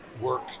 work